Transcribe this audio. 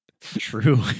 True